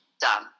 done